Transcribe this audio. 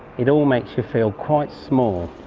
it all makes you feel quite small.